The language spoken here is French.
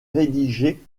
rédigé